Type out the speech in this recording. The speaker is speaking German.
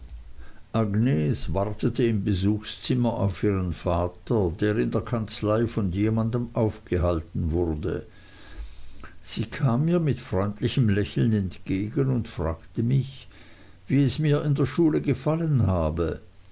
agnes wartete im besuchszimmer auf ihren vater der in der kanzlei von jemandem aufgehalten wurde sie kam mir mit freundlichem lächeln entgegen und fragte mich wie es mir in der schule gefallen habe